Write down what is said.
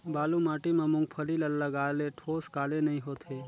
बालू माटी मा मुंगफली ला लगाले ठोस काले नइ होथे?